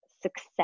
success